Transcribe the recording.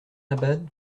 abad